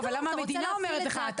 לא, אבל למה המדינה אומרת לך?